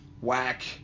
whack